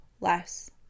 less